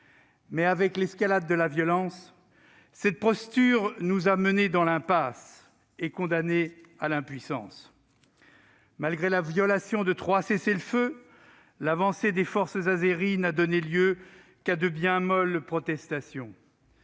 Mais, avec l'escalade de la violence, cette posture nous a menés dans l'impasse et condamnés à l'impuissance. Malgré la violation de trois cessez-le-feu, l'avancée des forces azéries n'a donné lieu qu'à de bien molles protestations.